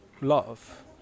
love